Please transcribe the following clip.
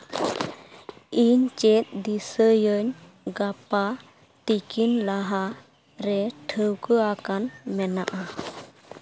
ᱤᱧ ᱪᱮᱫ ᱫᱤᱥᱟᱹᱭᱟᱹᱧ ᱜᱟᱯᱟ ᱛᱤᱠᱤᱱ ᱞᱟᱦᱟ ᱨᱮ ᱴᱷᱟᱹᱣᱠᱟᱹ ᱟᱠᱟᱱ ᱢᱮᱱᱟᱜᱼᱟ